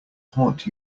haunt